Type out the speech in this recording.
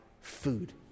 food